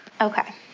Okay